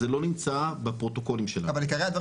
זה לא נמצא בפרוטוקולים שלנו.